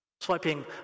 Swiping